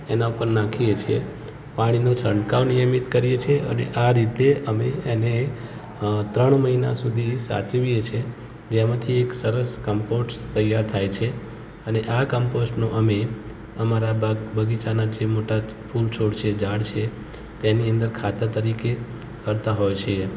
એના ઉપર નાખીએ છીએ પાણીનો છંટકાવ નિયમિત કરીએ છીએ અને આ રીતે અમે એને ત્રણ મહિના સુધી સાચવીએ છીએ જેમાંથી એક સરસ કમ્પોસ્ટ તૈયાર થાય છે અને આ કમ્પોસ્ટનું અમે અમારા બાગ બગીચાનાં જે મોટાં ફૂલ છોડ છે ઝાડ છે તેની અંદર ખાતર તરીકે કરતા હોઈએ છીએ